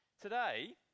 today